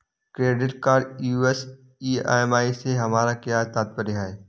Credit card US EMI से हमारा क्या तात्पर्य है?